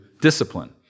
discipline